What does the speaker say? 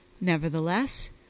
nevertheless